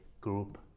group